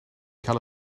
cael